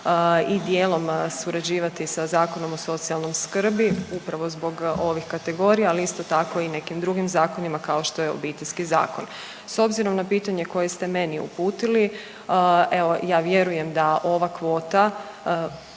i dijelom surađivati sa Zakonom o socijalnoj skrbi upravo zbog ovih kategorija, ali isto tako i nekim drugim zakonima kao što je Obiteljski zakon. S obzirom na pitanje koje ste meni uputili evo ja vjerujem da ova kvota